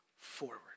forward